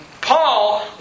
Paul